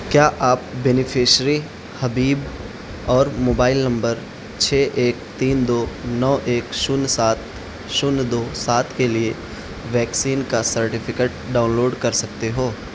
کیا آپ بینیفیشری حبیب اور موبائل نمبر چھ ایک تین دو نو ایک شونیہ سات شونیہ دو سات کے لیے ویکسین کا سرٹیفکیٹ ڈاؤن لوڈ کر سکتے ہو